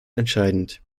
entscheidend